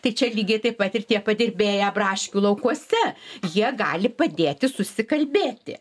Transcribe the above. tai čia lygiai taip pat ir tie padirbėję braškių laukuose jie gali padėti susikalbėti